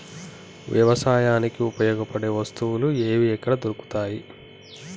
వ్యవసాయానికి ఉపయోగపడే వస్తువులు ఏవి ఎక్కడ దొరుకుతాయి?